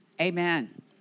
Amen